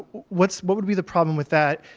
what so what would be the problem with that?